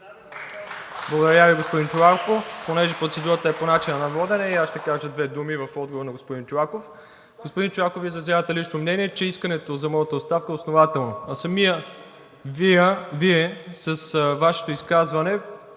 Благодаря Ви, господин Чолаков. Понеже процедурата е по начина на водене, и аз ще кажа две думи в отговор на господин Чолаков. Господин Чолаков, Вие изразявате лично мнение, че искането за моята оставка е основателно, а самият Вие с Вашето изказване